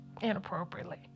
inappropriately